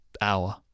hour